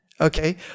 Okay